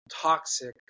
toxic